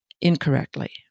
incorrectly